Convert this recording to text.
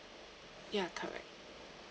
yeah correct